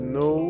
no